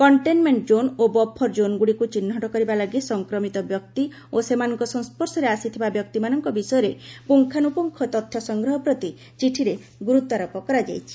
containment zone ଓ buffer ଜୋନ୍ଗୁଡ଼ିକୁ ଚିହ୍ନଟ କରିବା ଲାଗି ସଂକ୍ରମିତ ବ୍ୟକ୍ତି ଓ ସେମାନଙ୍କ ସଂସ୍କର୍ଶ ଆସିଥିବା ବ୍ୟକ୍ତିମାନଙ୍କ ବିଷୟରେ ପୁଙ୍ଗାନୁପୁଙ୍ଗ ତଥ୍ୟ ସଂଗ୍ରହ ପ୍ରତି ଚିଠିରେ ଗୁରୁତ୍ୱାରୋପ କରାଯାଇଛି